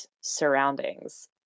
surroundings